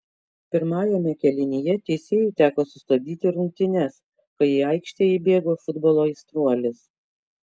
pirmajame kėlinyje teisėjui teko sustabdyti rungtynes kai į aikštę įbėgo futbolo aistruolis